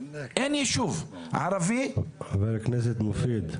אין ישוב ערבי --- חבר הכנסת מופיד,